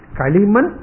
kaliman